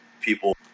people